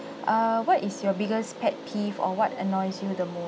err what is your biggest pet peeve or what annoys you the most